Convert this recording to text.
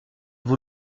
vous